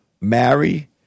marry